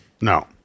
no